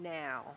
now